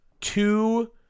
two